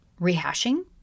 rehashing